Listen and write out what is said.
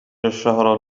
الشهر